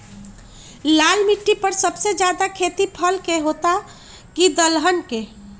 लाल मिट्टी पर सबसे ज्यादा खेती फल के होला की दलहन के?